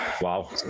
Wow